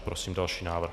Prosím další návrh.